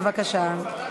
בבקשה.